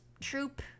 troop